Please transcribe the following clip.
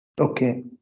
Okay